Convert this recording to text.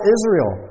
Israel